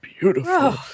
beautiful